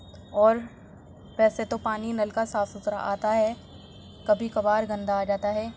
اور ویسے تو پانی نل کا صاف ستھرا آتا ہے کبھی کبھار گندا آ جاتا ہے